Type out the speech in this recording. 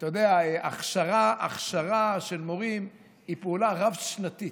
אתה יודע, הכשרה של מורים היא פעולה רב-שנתית,